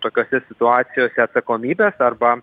tokiose situacijose atsakomybės arba